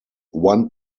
one